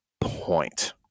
point